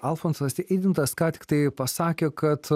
alfonsas eidintas ką tiktai pasakė kad